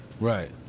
Right